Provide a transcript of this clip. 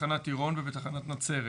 בתחנת עירון ובתחנת נצרת.